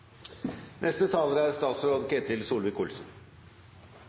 Neste taler er